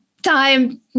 time